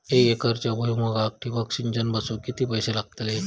एक एकरच्या भुईमुगाक ठिबक सिंचन बसवूक किती पैशे लागतले?